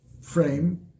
frame